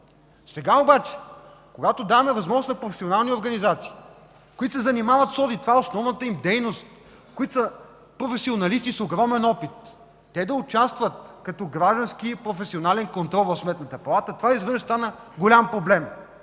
Сега обаче, когато даваме възможност на професионални организации, които се занимават с одит – това е основната им дейност, които са професионалисти с огромен опит, те да участват като граждански и професионален контрол в Сметната палата, това изведнъж стана голям проблем.